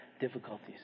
difficulties